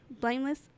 blameless